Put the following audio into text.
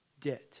Debt